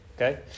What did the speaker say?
Okay